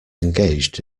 engaged